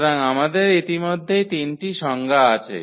সুতরাং আমাদের ইতিমধ্যেই তিনটি সংজ্ঞা আছে